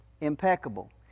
impeccable